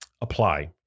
apply